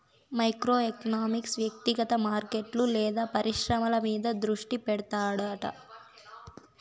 micro economics వ్యక్తిగత మార్కెట్లు లేదా పరిశ్రమల మీద దృష్టి పెడతాడట